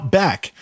back